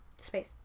space